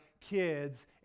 kids